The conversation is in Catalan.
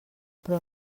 però